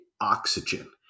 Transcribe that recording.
oxygen